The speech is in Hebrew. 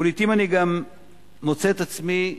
ולעתים אני גם מוצא את עצמי,